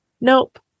Nope